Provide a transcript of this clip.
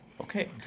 Okay